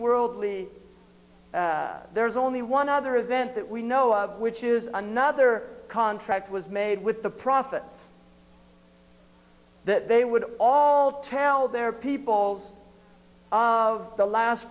worldly there's only one other event that we know of which is another contract was made with the profits that they would all tell their people of the last